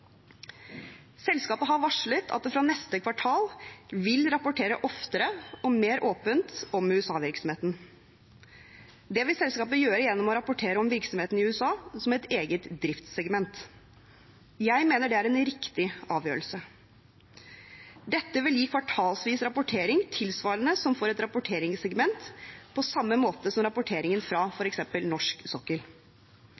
Selskapet har varslet at det fra neste kvartal vil rapportere oftere og mer åpent om USA-virksomheten. Det vil selskapet gjøre gjennom å rapportere om virksomheten i USA som et eget driftssegment. Jeg mener det er en riktig avgjørelse. Dette vil gi en kvartalsvis rapportering tilsvarende som for et rapporteringssegment, på samme måte som rapporteringen fra